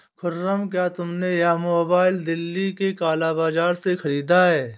खुर्रम, क्या तुमने यह मोबाइल दिल्ली के काला बाजार से खरीदा है?